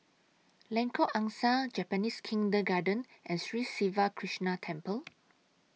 Lengkok Angsa Japanese Kindergarten and Sri Siva Krishna Temple